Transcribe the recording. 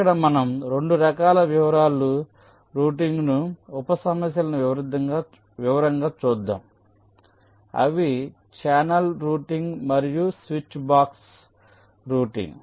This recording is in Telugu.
ఇక్కడ మనం 2 రకాల వివరాలు రౌటింగ్ ఉప సమస్యలను వివరంగా చూద్దాం అవి ఛానల్ రౌటింగ్ మరియు స్విచ్ బాక్స్ రౌటింగ్